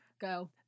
Go